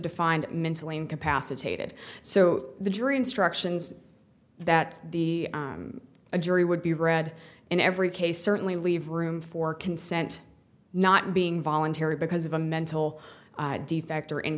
defined mentally incapacitated so the jury instructions that the jury would be read in every case certainly leave room for consent not being voluntary because of a mental defect or in